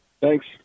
Thanks